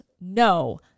no